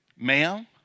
Ma'am